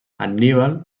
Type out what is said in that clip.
anníbal